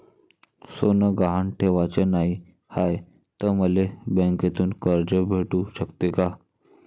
सोनं गहान ठेवाच नाही हाय, त मले बँकेतून कर्ज भेटू शकते का?